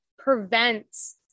Prevents